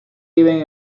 viven